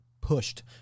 pushed